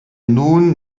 nun